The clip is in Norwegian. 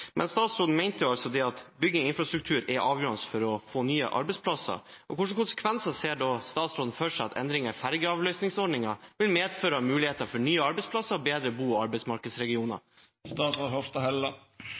Men statsråden mente altså at bygging av infrastruktur er avgjørende for å få nye arbeidsplasser. Hvilke konsekvenser ser da statsråden for seg at endringer i fergeavløsningsordningen vil ha for mulighetene for nye arbeidsplasser og bedre bo- og arbeidsmarkedsregioner?